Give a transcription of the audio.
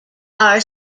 are